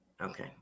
Okay